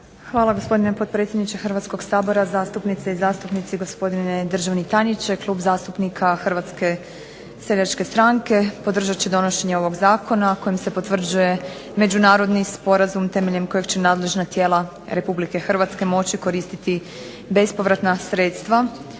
Hvala gospodine potpredsjedniče Hrvatskog sabora. Zastupnice i zastupnici, gospodine državni tajniče. Klub zastupnika HSS-a podržat će donošenje ovog zakona kojim se potvrđuje Međunarodni sporazum temeljem kojeg će nadležna tijela RH moći koristiti bespovratna sredstva